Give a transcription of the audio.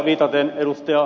viitaten ed